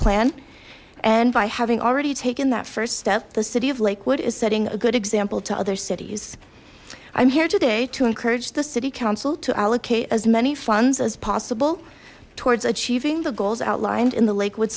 plan and by having already taken that first step the city of lakewood is setting a good example to other cities i'm here today to encourage the city council to allocate as many funds as possible towards achieving the goals outlined in the lake